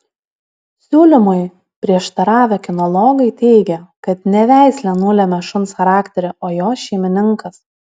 siūlymui prieštaravę kinologai teigia kad ne veislė nulemia šuns charakterį o jo šeimininkas